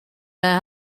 their